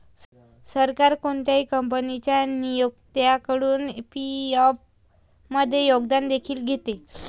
सरकार कोणत्याही कंपनीच्या नियोक्त्याकडून पी.एफ मध्ये योगदान देखील घेते